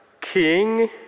King